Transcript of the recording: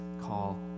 call